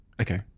Okay